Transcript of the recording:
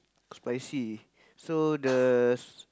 spicy so the